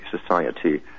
society